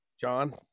john